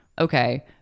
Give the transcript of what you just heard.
okay